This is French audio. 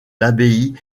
l’abbaye